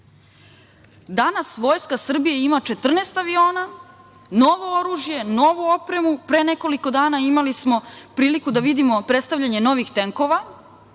Vojska Srbije ima 14 aviona, novo oružje, novu opremu. Pre nekoliko dana imali smo priliku da vidimo predstavljanje novih tenkova